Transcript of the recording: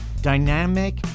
Dynamic